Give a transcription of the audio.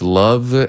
love